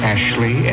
Ashley